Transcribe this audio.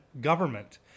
government